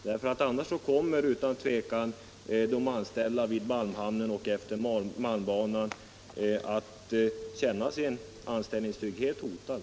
Om det inte ges ett stöd kommer utan tvivel de anställda vid malmhamnen och efter malmbanan att känna sin anställningstrygghet hotad.